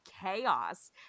chaos